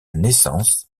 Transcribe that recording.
naissance